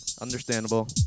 understandable